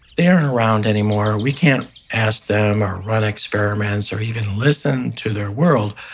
they aren't around anymore. we can't ask them or run experiments or even listen to their world.